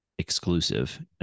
exclusive